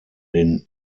den